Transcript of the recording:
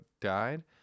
died